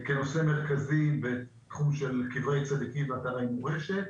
כנושא מרכזי בתחום של קברי צדיקים ואתרי מורשת.